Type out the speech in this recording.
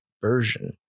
version